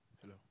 Hello